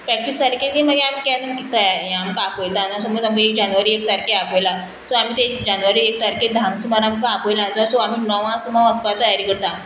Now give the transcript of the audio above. practice जाली की मागीर आमी केन्ना तयार ये आमकां आपयता आनी समज आमकां जेनवरी एक तारखेक आपयलां सो आमी ते जेनवरी एक तारखेक धांक सुमार आमकां आपयलां जा सो आमी णवां सुमार वचपाक तयारी करता